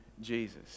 Jesus